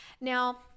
Now